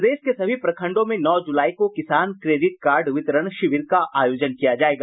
प्रदेश के सभी प्रखंडों में नौ जुलाई को किसान क्रेडिट कार्ड वितरण शिविर का आयोजन किया जायेगा